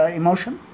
emotion